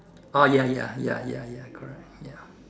oh ya ya ya ya ya correct ya